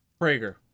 Prager